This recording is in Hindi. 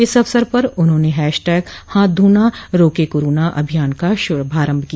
इस अवसर पर उन्होंने हैश टैग हाथ धोना रोके कोरोना अभियान का शुभारम्भ किया